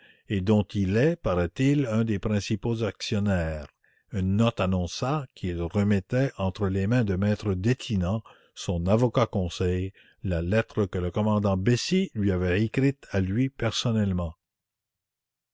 et dont il est paraît-il un des principaux actionnaires une note annonça qu'il remettait entre les mains de m e detinan son avocat conseil la lettre que le commandant bessy lui avait écrite à lui personnellement